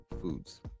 foods